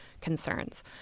concerns